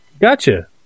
Gotcha